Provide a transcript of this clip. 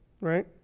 right